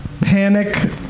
Panic